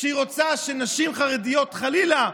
שהיא רוצה שנשים חרדיות, חלילה,